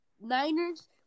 Niners